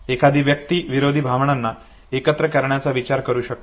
एखादी व्यक्ती विरोधी भावनांना एकत्र करण्याचा विचार करू शकते